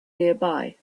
nearby